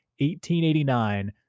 1889